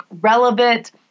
relevant